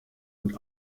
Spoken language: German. und